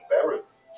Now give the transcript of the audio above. Paris